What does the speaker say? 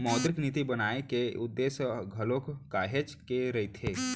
मौद्रिक नीति बनाए के उद्देश्य घलोक काहेच के रहिथे